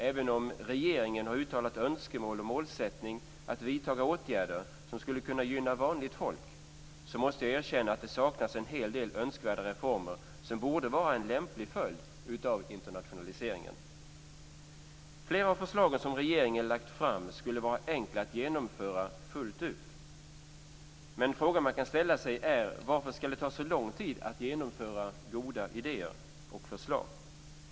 Även om regeringen har uttalat önskemålet och målsättningen att vidta åtgärder som skulle kunna gynna vanligt folk måste jag erkänna att det saknas en hel del önskvärda reformer som borde vara en lämplig följd av internationaliseringen. Flera av förslagen som regeringen lagt fram skulle vara enkla att genomföra fullt ut. Men frågan man kan ställa sig är varför det ska ta så lång tid att genomföra goda idéer och förslag.